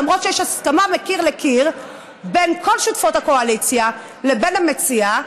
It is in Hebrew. למרות שיש הסכמה מקיר לקיר בין כל שותפות הקואליציה לבין המציעה,